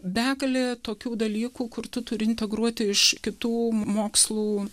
begalė tokių dalykų kur tu turi integruoti iš kitų mokslų